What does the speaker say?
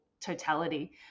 totality